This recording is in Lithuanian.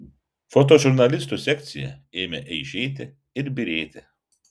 fotožurnalistų sekcija ėmė eižėti ir byrėti